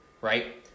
Right